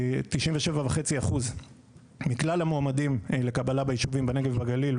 97.5% מכלל המועמדים לקבלה ביישובים בנגב ובגליל,